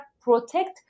protect